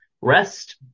rest